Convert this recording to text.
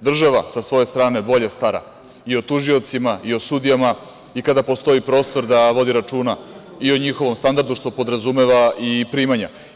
država sa svoje strane bolje stara i o tužiocima i o sudijama i kada postoji prostor da vodi računa i o njihovom standardu, što podrazumeva i primanja.